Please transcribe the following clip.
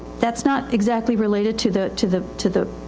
thatis not exactly related to the, to the, to the,